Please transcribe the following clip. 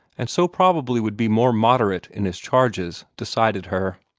and so probably would be more moderate in his charges, decided her.